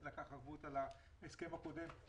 שלקח ערבות על ההסכם הקודם,